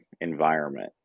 environment